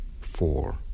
four